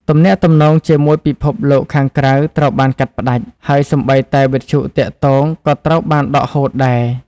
ទំនាក់ទំនងជាមួយពិភពលោកខាងក្រៅត្រូវបានកាត់ផ្ដាច់ ហើយសូម្បីតែវិទ្យុទាក់ទងក៏ត្រូវបានដកហូតដែរ។